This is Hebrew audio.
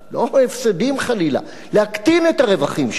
לא הפסדים, חלילה, להקטין את הרווחים,